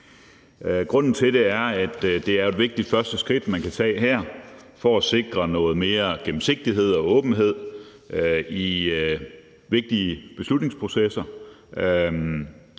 Grunden til det er, at det er et vigtigt første skridt, man kan tage her, for at sikre noget mere gennemsigtighed og åbenhed i vigtige beslutningsprocesser